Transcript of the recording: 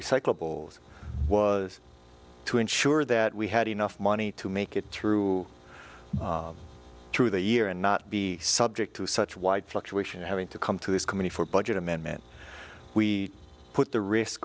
recyclables was to ensure that we had enough money to make it through through the year and not be subject to such wide fluctuation having to come to this committee for budget amendment we put the risk